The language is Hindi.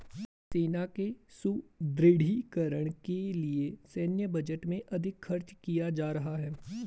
सेना के सुदृढ़ीकरण के लिए सैन्य बजट में अधिक खर्च किया जा रहा है